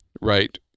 right